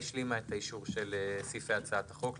הוועדה השלימה את האישור של סעיפי הצעת החוק.